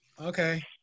okay